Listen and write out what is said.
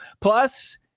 Plus